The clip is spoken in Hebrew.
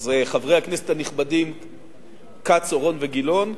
חברי הכנסת הנכבדים כץ, אורון וגילאון,